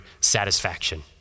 satisfaction